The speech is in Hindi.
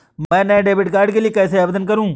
मैं नए डेबिट कार्ड के लिए कैसे आवेदन करूं?